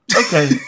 Okay